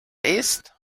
ist